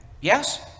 Yes